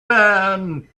man